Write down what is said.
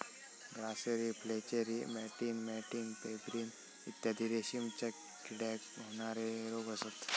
grasserie flacherie मॅटिन मॅटिन pebrine इत्यादी रेशीमच्या किड्याक होणारे रोग असत